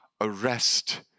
arrest